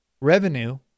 revenue